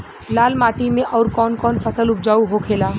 लाल माटी मे आउर कौन कौन फसल उपजाऊ होखे ला?